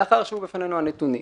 לאחר שהיו בפנינו הנתונים